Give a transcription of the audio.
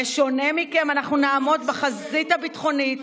בשונה מכם, אנחנו נעמוד בחזית הביטחונית,